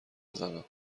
بزنم